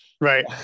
Right